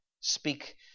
speak